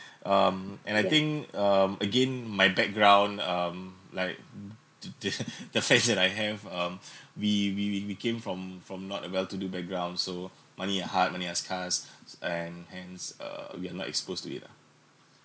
um and I think um again my background um like to the the facts that I have um we we we we came from from not a well-to-do background so money are hard money are scarce and hence err we are not exposed to it lah